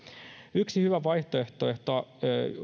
yksi hyvä vaihtoehto